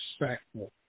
respectful